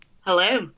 Hello